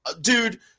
dude